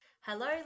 Hello